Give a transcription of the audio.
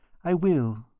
i will.